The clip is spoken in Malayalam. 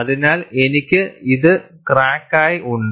അതിനാൽ എനിക്ക് ഇത് ക്രാക്കായി ഉണ്ട്